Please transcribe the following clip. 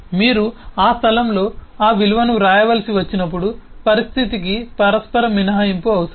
మీరు ఆ స్థలంలో ఆ విలువను వ్రాయవలసి వచ్చినప్పుడు పరిస్థితికి పరస్పర మినహాయింపు అవసరం